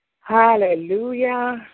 Hallelujah